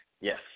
Yes